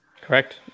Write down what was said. Correct